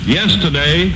yesterday